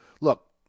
Look